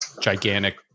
gigantic